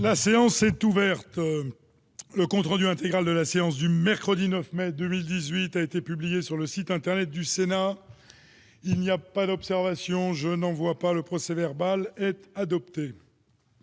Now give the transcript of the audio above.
La séance est ouverte. Le compte rendu intégral de la séance du mercredi 9 mai 2018 a été publié sur le site internet du Sénat. Il n'y a pas d'observation ?... Le procès-verbal est adopté.